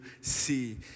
see